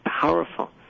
powerful